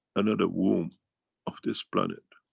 another womb of this planet.